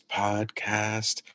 podcast